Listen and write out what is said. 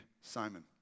Simon